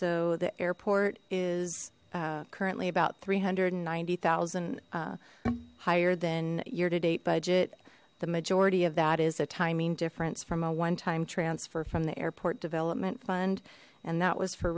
so the airport is currently about three hundred and ninety thousand higher than year to date budget the majority of that is a timing difference from a one time transfer from the airport development fund and that was for